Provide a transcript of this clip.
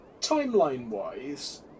timeline-wise